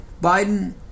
Biden